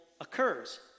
occurs